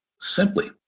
simply